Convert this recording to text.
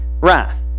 wrath